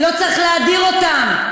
ראית את ההצגה?